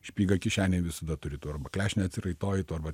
špygą kišenėj visada turi tu arba klešnę atsiraitoji tu arba